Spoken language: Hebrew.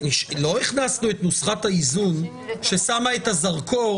לא הכנסנו את נוסחת האיזון ששמה את הזרקור